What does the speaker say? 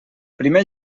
primer